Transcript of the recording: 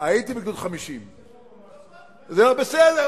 נדמה לי שהיית בגדוד 50. הייתי בגדוד 50. 50,